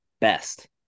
best